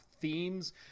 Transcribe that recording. themes